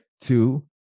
Two